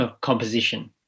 composition